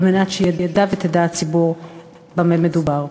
על מנת שידע ותדע הציבור במה מדובר.